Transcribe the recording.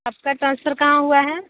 आपका ट्रांसफ़र कहाँ हुआ है